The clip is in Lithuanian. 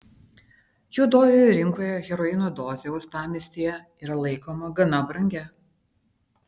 juodojoje rinkoje heroino dozė uostamiestyje yra laikoma gana brangia